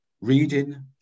reading